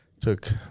Took